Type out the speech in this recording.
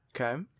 okay